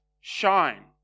shine